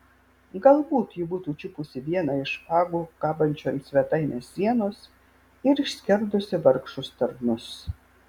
galbūt ji būtų čiupusi vieną iš špagų kabančių ant svetainės sienos ir išskerdusi vargšus tarnus